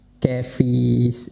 carefree